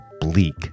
bleak